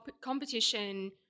competition